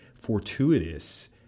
fortuitous